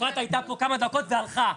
כמה דקות והלכה,